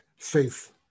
faith